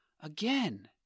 Again